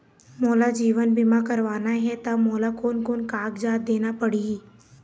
मोला जीवन बीमा करवाना हे ता मोला कोन कोन कागजात देना पड़ही?